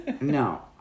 no